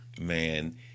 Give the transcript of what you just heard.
Man